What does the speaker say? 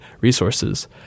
resources